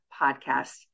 Podcast